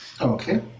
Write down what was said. Okay